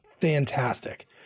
fantastic